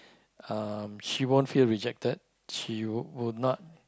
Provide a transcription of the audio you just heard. um she won't feel rejected she will not